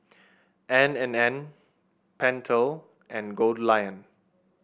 N and N Pentel and Goldlion